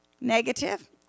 negative